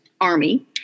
army